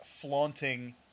flaunting